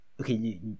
Okay